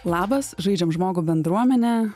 labas žaidžiam žmogų bendruomenę